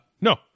No